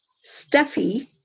stuffy